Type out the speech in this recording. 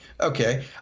Okay